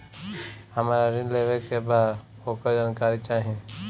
हमरा ऋण लेवे के बा वोकर जानकारी चाही